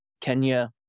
Kenya